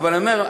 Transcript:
אבל אני אומר,